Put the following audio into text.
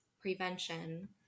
prevention